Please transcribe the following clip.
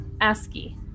ASCII